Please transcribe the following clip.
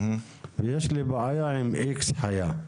יש לי בעיה עם X חיה.